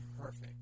perfect